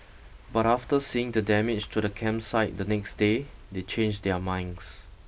but after seeing the damage to the campsite the next day they changed their minds